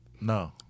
No